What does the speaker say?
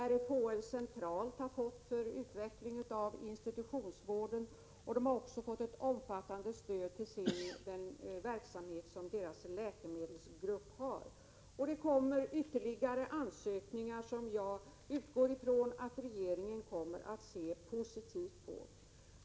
RFHL centralt har fått stöd för utveckling av institutionsvården, och förbundet har också fått ett omfattande stöd till den verksamhet som dess läkemedelsgrupp har. Det kommer ytterligare ansökningar, som jag utgår från att regeringen ser positivt på.